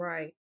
Right